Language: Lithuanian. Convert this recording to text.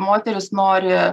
moterys nori